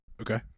Okay